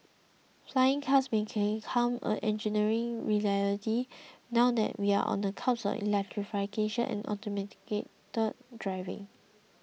flying cars may came come a engineering reality now that we are on the cusp of electrification and automated driving